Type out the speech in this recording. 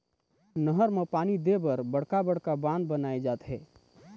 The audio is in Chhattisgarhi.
नहर म पानी दे बर बड़का बड़का बांध बनाए जाथे